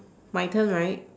my turn right